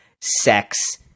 sex